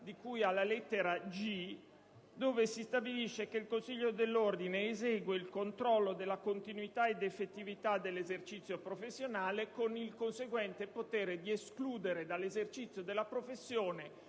al comma 1, lettera *g)*, dove si stabilisce che il Consiglio dell'Ordine esercita il controllo della continuità e effettività dell'esercizio professionale, con il conseguente potere di escludere dall'esercizio della professione